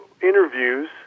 interviews